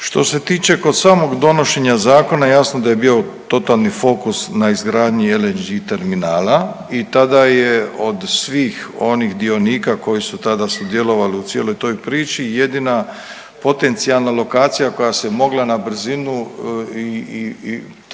Što se tiče kod samog donošenja zakona jasno da je bio totalni fokus na izgradnji LNG terminala i tada je od svih onih dionika koji su tada sudjelovali u cijeloj toj priči jedina potencijala lokacija koja se mogla na brzinu i